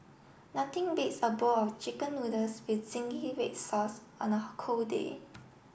nothing beats a bowl chicken noodles with zingy red sauce on a cold day